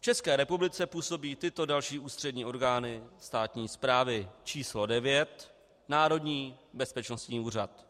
V České republice působí tyto další ústřední orgány státní správy: číslo 9 Národní bezpečnostní úřad.